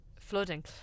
flooding